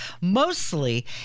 mostly